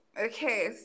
okay